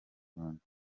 rwanda